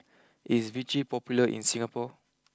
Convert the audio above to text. is Vichy popular in Singapore